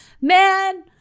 Man